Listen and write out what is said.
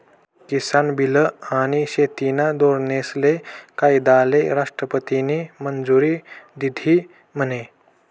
किसान bill आनी शेतीना धोरनेस्ले कायदाले राष्ट्रपतीनी मंजुरी दिधी म्हने?